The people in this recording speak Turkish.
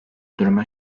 duruma